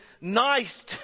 nice